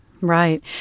Right